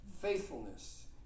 faithfulness